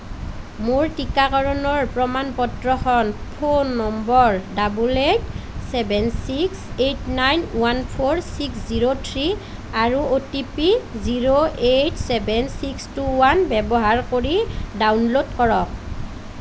মোৰ টীকাকৰণৰ প্ৰমাণ পত্ৰখন phone number double eight eight seven six eight nine one four six zero three আৰু O T P zero eight seven six two one ব্যৱহাৰ কৰি download কৰক